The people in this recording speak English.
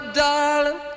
darling